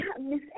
miss